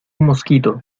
mosquito